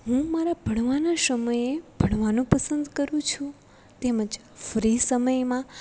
હું મારા ભણવાના સમયે ભણવાનું પસંદ કરું છું તેમજ ફ્રી સમયમાં